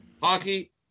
Hockey